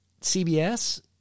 CBS